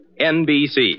NBC